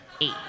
Eight